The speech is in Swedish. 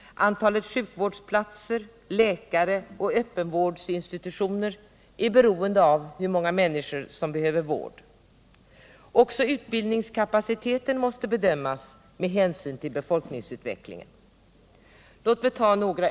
Antalet sjukvårdsplatser, läkare och öppenvårdsinstitutioner är beroende av hur många människor som behöver vård. Också utbildnings Nr 145 kapaciteten måste bedömas med hänsyn till befolkningsutvecklingen.